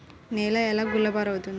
నేల ఎలా గుల్లబారుతుంది?